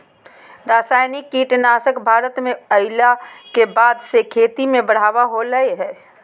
रासायनिक कीटनासक भारत में अइला के बाद से खेती में बढ़ावा होलय हें